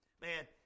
man